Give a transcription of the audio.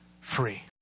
free